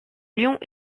lions